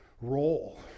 role